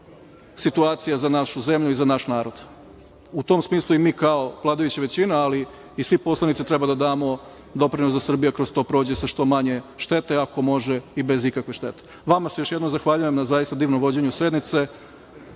situacija za našu zemlju i za naš narod.U tom smislu i mi kao vladajuća većina, ali i svi poslanici treba da damo doprinos da Srbija kroz to prođe sa što manje štete. Ako može i bez ikakve štete. Vama se još jednom zahvaljujem na zaista divnom vođenju sednice. Žao